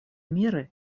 меры